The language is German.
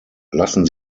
lassen